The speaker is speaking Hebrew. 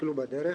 שהתקלקלו בדרך,